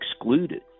excluded